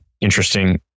interesting